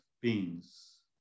beings